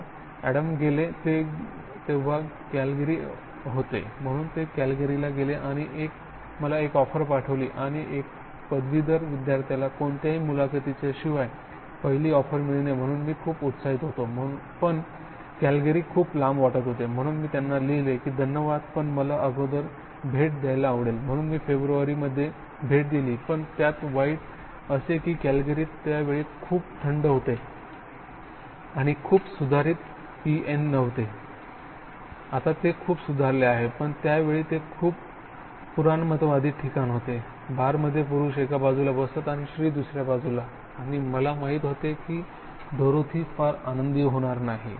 तेव्हा अॅडम गेले ते तेव्हा कॅलगरी होते म्हणून ते कॅलगरीला गेले आणि मला एक ऑफर पाठवली आणि एका पदवीधर विद्यार्थ्याला कोणत्याही मुलाखतीच्या शिवाय पहिल्या ऑफर मिळणे म्हणून मी खूप उत्साहित होतो पण कॅल्गरी खूप लांब वाटत होते म्हणून मी त्यांना लिहिले की धन्यवाद पण मला अगोदर भेट द्यायला आवडेल म्हणून मी फेब्रुवारीमध्ये भेट दिली पण त्यात वाईट असे की कॅल्गरी त्या वेळी खूप थंड होते आणि खूप सुधारित पीएन नव्हते आता ते खूप सुधारले आहेपण त्या वेळी ते खूप पुराणमतवादी ठिकाण होते बारमध्ये पुरुष एका बाजूला बसत आणि स्त्री दुसऱ्या बाजूला आणि मला माहित होते की डोरोथी फार आनंदी होणार नाही